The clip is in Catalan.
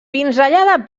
pinzellada